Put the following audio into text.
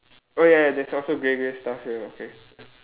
oh ya there's also grey grey stuff here okay